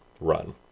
run